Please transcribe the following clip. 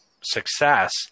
success